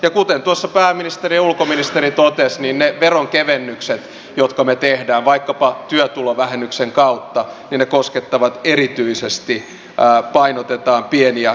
ja kuten tuossa pääministeri ja ulkoministeri totesivat niin ne veronkevennykset jotka me teemme vaikkapa työtulovähennyksen kautta painotetaan erityisesti pieni ja keskituloisille